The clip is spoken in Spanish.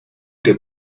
que